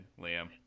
Liam